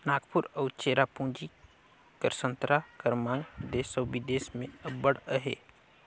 नांगपुर अउ चेरापूंजी कर संतरा कर मांग देस अउ बिदेस में अब्बड़ अहे